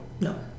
No